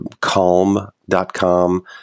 Calm.com